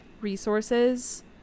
resources